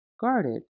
guarded